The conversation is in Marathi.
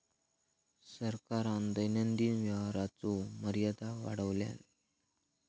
सरकारान दैनंदिन व्यवहाराचो मर्यादा वाढवल्यान